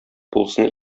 булсын